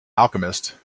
alchemist